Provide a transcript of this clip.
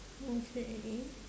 okay